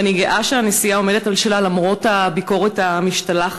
ואני גאה שהנשיאה עומדת על שלה למרות הביקורת המשתלחת,